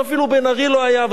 ואפילו בן-ארי לא היה,